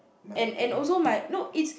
and and also my no is